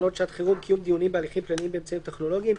"תקנות שעת חירום (קיום דיונים בהליכים פליליים באמצעים טכנולוגיים)"